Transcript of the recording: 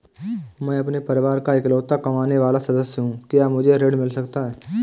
मैं अपने परिवार का इकलौता कमाने वाला सदस्य हूँ क्या मुझे ऋण मिल सकता है?